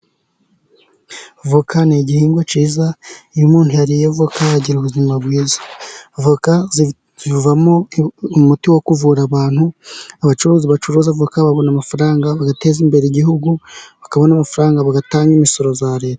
Avoka ni igihingwa cyiza, iyo umuntu yariye avoka agira ubuzima bwiza. Avoka zivamo umuti wo kuvura abantu. Abacuruzi bacuruza avoka babona amafaranga bagateza imbere igihugu, bakabona amafaranga bagatanga imisoro ya Leta.